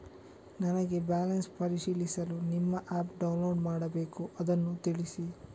ನನಗೆ ಬ್ಯಾಲೆನ್ಸ್ ಪರಿಶೀಲಿಸಲು ನಿಮ್ಮ ಆ್ಯಪ್ ಡೌನ್ಲೋಡ್ ಮಾಡಬೇಕು ಅದನ್ನು ತಿಳಿಸಿ?